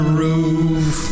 roof